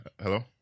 Hello